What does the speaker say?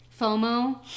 FOMO